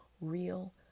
real